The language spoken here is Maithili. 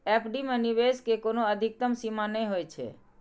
एफ.डी मे निवेश के कोनो अधिकतम सीमा नै होइ छै